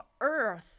earth